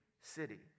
city